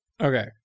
Okay